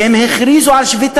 כי הם הכריזו על שביתה,